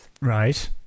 Right